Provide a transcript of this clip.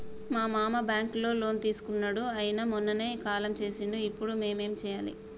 మా మామ బ్యాంక్ లో లోన్ తీసుకున్నడు అయిన మొన్ననే కాలం చేసిండు ఇప్పుడు మేం ఏం చేయాలి?